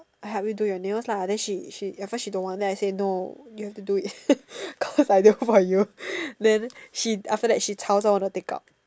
I help you do your nails lah then she she at first she don't want then I say no you have to do it cause I do for you then she after that she 吵着 wanna take out